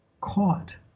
caught